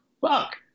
fuck